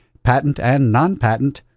patent and non-patent,